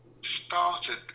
started